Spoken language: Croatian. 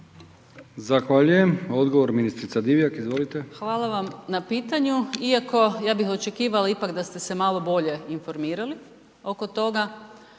Zahvaljujem. Odgovor, ministrica Divjak, izvolite. **Divjak, Blaženka** Hvala vam na pitanju. Iako ja bih očekivala ipak da ste se malo bolje informirali oko toga